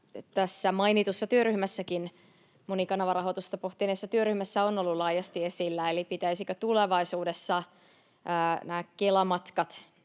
tässä mainitussa monikanavarahoitusta pohtineessa työryhmässäkin on ollut laajasti esillä, eli pitäisikö tulevaisuudessa nämä Kela-matkat